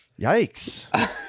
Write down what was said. Yikes